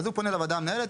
אז הוא פונה לוועדה המנהלת,